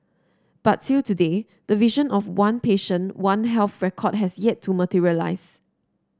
but till today the vision of one patient one health record has yet to materialise